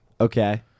Okay